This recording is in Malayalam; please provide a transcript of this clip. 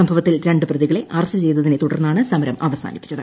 സംഭൂവ്ത്തിൽ രണ്ട് പ്രതികളെ അറസ്റ്റ് ചെയ്തതിനെ തുടർന്നാർണ് സമരം അവസാനിപ്പിച്ചത്